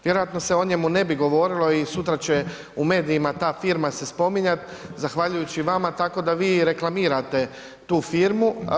Vjerojatno se o njemu ne bi govorilo i sutra će u medijima ta firma se spominjat zahvaljujući vama tako da vi reklamirate tu firmu.